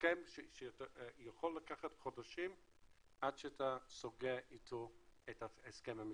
הסכם שיכול לקחת חודשים עד שאתה סוגר איתו את ההסכם המשפטי.